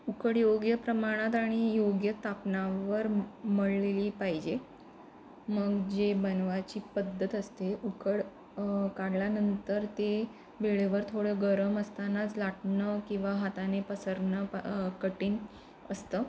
उकड योग्य प्रमाणात आणि योग्य तापमानावर मळलेली पाहिजे मग जे बनवायची पद्धत असते उकड काढल्यानंतर ते वेळेवर थोडं गरम असतानाच लाटणं किंवा हाताने पसरणं प कठीण असतं